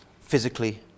Physically